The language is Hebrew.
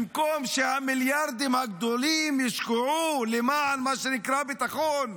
במקום שהמיליארדים הגדולים יושקעו למען מה שנקרא ביטחון,